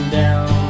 down